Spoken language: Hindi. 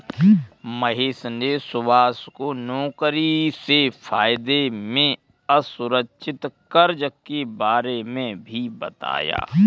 महेश ने सुभाष को नौकरी से फायदे में असुरक्षित कर्ज के बारे में भी बताया